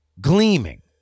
gleaming